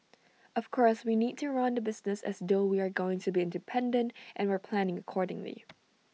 of course we need to run the business as though we're going to be independent and we're planning accordingly